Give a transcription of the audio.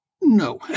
No